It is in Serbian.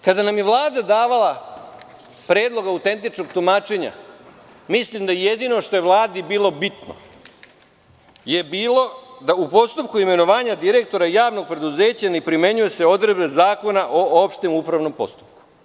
Kada nam je Vlada davala predlog autentičnog tumačenja, mislim da jedino što je Vladi bilo bitno je bilo da u postupku imenovanja direktora javnog preduzeća ne primenjuju se odredbe Zakona o opštem upravnom postupku.